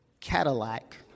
Cadillac